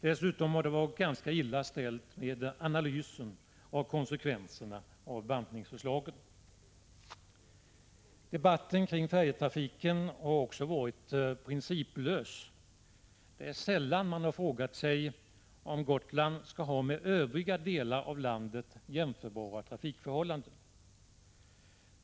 Dessutom har det varit ganska illa ställt med analysen av konsekvenserna av bantningsförslagen. Debatten kring färjetrafiken har också varit principlös. Det är sällan man frågat sig om Gotland skall ha med övriga delar av landet jämförbara trafikförhållanden.